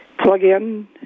plug-in